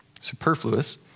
superfluous